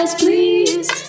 please